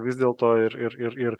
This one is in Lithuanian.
vis dėl to ir ir ir ir